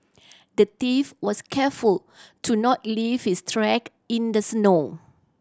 the thief was careful to not leave his track in the snow